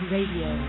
Radio